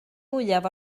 fwyaf